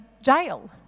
jail